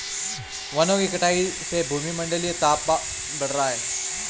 वनों की कटाई से भूमंडलीय तापन बढ़ा है